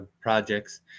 projects